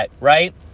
right